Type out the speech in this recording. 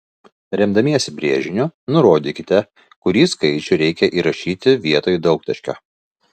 remdamiesi brėžiniu nurodykite kurį skaičių reikia įrašyti vietoj daugtaškio